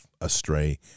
astray